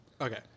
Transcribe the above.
Okay